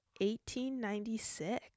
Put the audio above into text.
1896